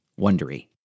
Wondery